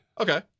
Okay